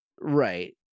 Right